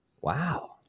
wow